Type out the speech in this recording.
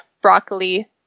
broccoli